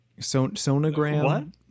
Sonogram